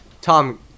Tom